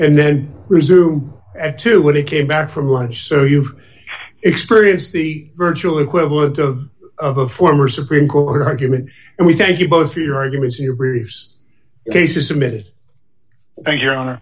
and then resume at two when he came back from lunch so you've experienced the virtual equivalent of of a former supreme court argument and we thank you both for your arguments your briefs cases submitted and your hon